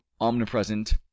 omnipresent